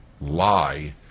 lie